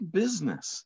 business